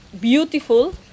beautiful